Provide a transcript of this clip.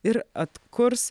ir atkurs